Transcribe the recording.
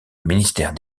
ministère